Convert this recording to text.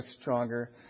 stronger